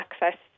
access